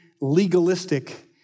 legalistic